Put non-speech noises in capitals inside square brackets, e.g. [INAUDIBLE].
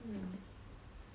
mm [NOISE]